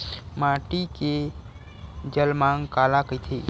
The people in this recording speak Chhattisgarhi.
माटी के जलमांग काला कइथे?